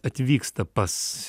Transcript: atvyksta pas